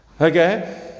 Okay